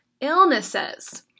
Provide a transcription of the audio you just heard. illnesses